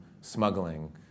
smuggling